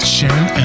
Sharon